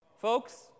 Folks